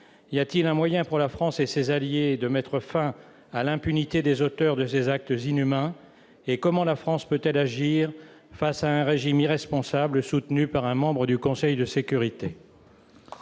y a-t-il un moyen pour la France et ses alliés de mettre fin à l'impunité des auteurs de ces actes inhumains, et comment la France peut-elle agir face à un régime irresponsable soutenu par un membre du Conseil de sécurité ?